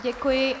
Děkuji.